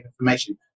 information